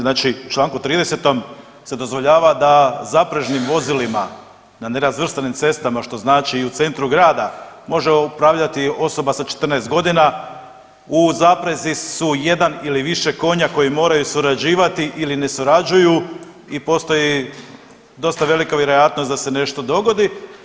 Znači u Članku 30. se dozvoljava da zaprežnim vozilima na nerazvrstanim cestama što znači i u centru grada može upravljati osoba sa 14 godina, u zaprezi su jedan ili više konja koji moraju surađivati ili ne surađuju i postoji dosta velika vjerojatnost da se nešto dogodi.